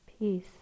peace